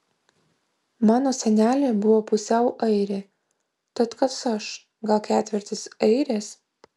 mano senelė buvo pusiau airė tad kas aš gal ketvirtis airės